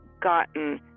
gotten